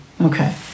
okay